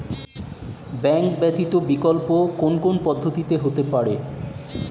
Bank ব্যতীত বিকল্প কোন কোন পদ্ধতিতে হতে পারে?